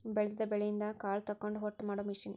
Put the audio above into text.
ಬೆಳದಿದ ಬೆಳಿಯಿಂದ ಕಾಳ ತಕ್ಕೊಂಡ ಹೊಟ್ಟ ಮಾಡು ಮಿಷನ್